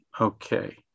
Okay